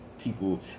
people